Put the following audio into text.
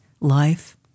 life